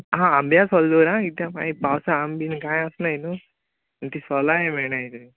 हां आंब्या सोल दर आं कित्याक मागीर पावसा आम बी कांय आसनाय न्हय तीं सोलांय मेळनाय तीं